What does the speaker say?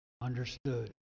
understood